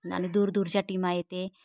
आणि दूर दूरच्या टीमा येते